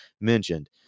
mentioned